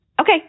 Okay